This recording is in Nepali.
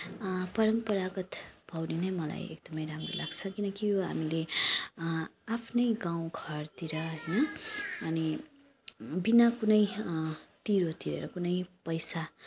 परम्परागत पौडी नै मलाई एकदमै राम्रो लाग्छ किनकि यो हामीले आफ्नै गाउँघरतिर होइन अनि बिना कुनै तिरो तिरेर कुनै पैसा